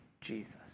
Jesus